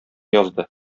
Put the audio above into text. язды